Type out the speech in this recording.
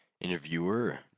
Interviewer